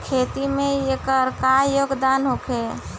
खेती में एकर का योगदान होखे?